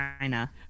China